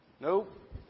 Nope